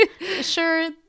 sure